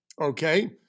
Okay